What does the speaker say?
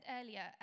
earlier